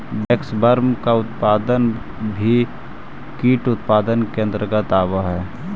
waxworm का उत्पादन भी कीट उत्पादन के अंतर्गत आवत है